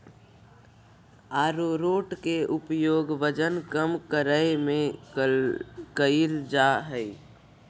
आरारोट के उपयोग वजन कम करय में कइल जा हइ